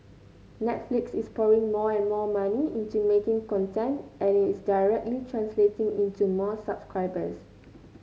Netflix is pouring more and more money into making content and it is directly translating into more subscribers